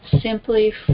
simply